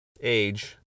age